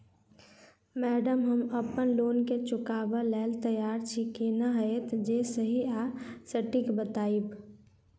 Madam हम अप्पन loan केँ चुकाबऽ लैल तैयार छी केना हएत जे सही आ सटिक बताइब?